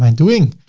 um doing?